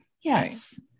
Yes